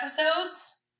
episodes